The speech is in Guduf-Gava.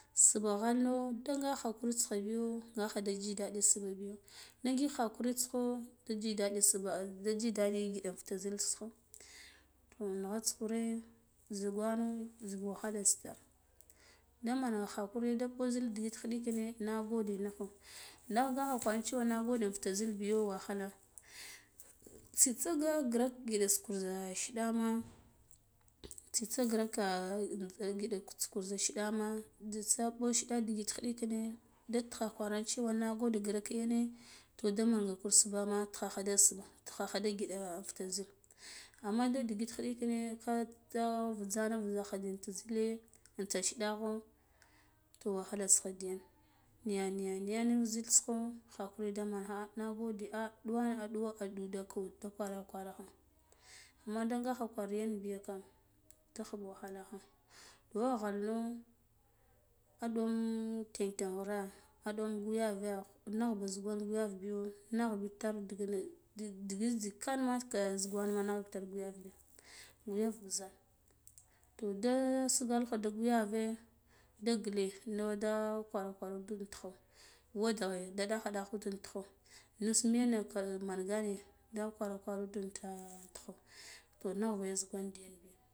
Subha ghano ndaga khakurita kha biyo ngakha da ji daɗi subna biyo da ngik khakurita ko da ji dani subha ai deji daɗi ngidi fita zilts kho to naghata kure zugwano zugo khaneta ka daman hakuri da ɓu zil digit khiɗikine nagode niko nagaha kwar cewa nagode fito zil biyo wakhi la tsitsa ga grak giɗata kur za shila ma tsitsa raka ngiɗa kuta ghuza shiɗima jzatsabo siɗi ndigite da tigha kwara cewa nagode grak yane toh damanga kur subha na tighagha subha khakha nde ngiɗa fita zil amma da digit khidikina ga ka vujzara guyagha in tu zile inta shiɗakho to khalas da yan niya niya niya nuf zilta ko khakuri da mangha ah nagode ah ɗuwane aɗuwan a ɗudako da kwar kwarakha amma da kha kwar yankam da khum wakhalakho wagha no aɗuwam guyavu naghba zugal guyav biyo nag batar dighina digit zikan nafska zugwanna nagh batar biya guyau mbhizal toh da sugwalkha da guyave da ngle na da kwar kwarra diɗitkho wadaghe dagha dagha ude in tugho nus yane mene kwar mangane da kwa kwara ude inta tigho to naghba ya zugan diyan bi.